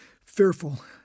fearful